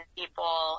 people